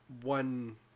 one